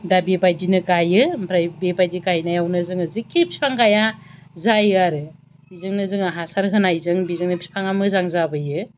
दा बेबादिनो गाइयो ओमफ्राय बेबादि गायनायावनो जोङो जिखि फिफां गाइया जायो आरो बिजोंनो जोङो हासार होनायजों बिजोंनो फिफाङा मोजां जाबोयो